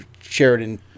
Sheridan